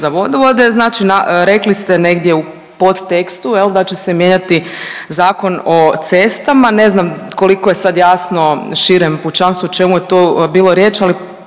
za vodovode, znači rekli ste negdje u podtekstu jel da će se mijenjati Zakon o cestama. Ne znam koliko je sad jasno širem pučanstvu o čemu je tu bilo riječi, ali